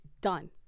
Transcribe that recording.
done